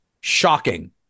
Shocking